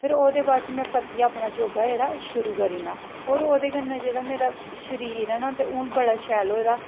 फिर में परतियै अपना योगा जेह्ड़ा शुरू करी ओड़ना ते ओह्दै कन्नै ना जेह्ड़ा मेरा शरीर ऐ बड़ा शैल होए दा